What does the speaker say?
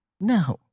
No